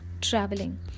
traveling